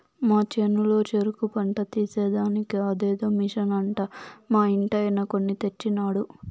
మా చేనులో చెరుకు పంట తీసేదానికి అదేదో మిషన్ అంట మా ఇంటాయన కొన్ని తెచ్చినాడు